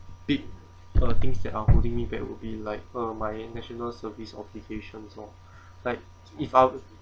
big uh things that are holding me back will be like uh my national service obligations lor like if I